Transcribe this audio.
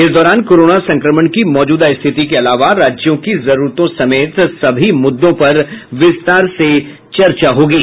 इस दौरान कोरोना संक्रमण की माजूदा स्थिति के अलावा राज्यों की जरूरतों समेत सभी मुद्दों पर विस्तार से चर्चा करेंगे